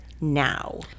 now